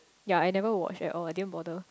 ya I never watch at all I didn't bother